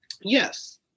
yes